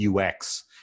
UX